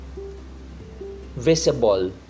visible